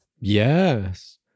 Yes